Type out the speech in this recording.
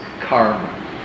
karma